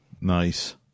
nice